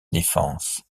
défense